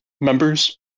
members